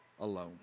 alone